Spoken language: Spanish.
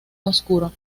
oscuro